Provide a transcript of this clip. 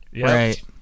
Right